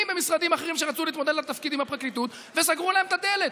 במשרדים אחרים שרצו להתמודד לתפקידים בפרקליטות וסגרו להם את הדלת.